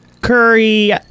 Curry